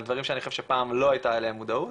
על דברים שאני חושב שפעם לא הייתה אליהם מודעות,